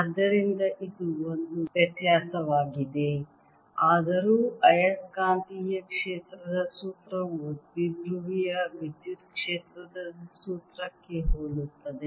ಆದ್ದರಿಂದ ಇದು ಒಂದು ವ್ಯತ್ಯಾಸವಾಗಿದೆ ಆದರೂ ಆಯಸ್ಕಾಂತೀಯ ಕ್ಷೇತ್ರದ ಸೂತ್ರವು ದ್ವಿಧ್ರುವಿಯ ವಿದ್ಯುತ್ ಕ್ಷೇತ್ರದ ಸೂತ್ರಕ್ಕೆ ಹೋಲುತ್ತದೆ